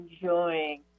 enjoying